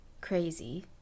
crazy